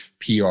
PR